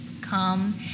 come